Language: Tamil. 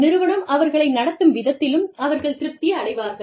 நிறுவனம் அவர்களை நடத்தும் விதத்திலும் அவர்கள் திருப்தி அடைவார்கள்